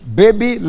baby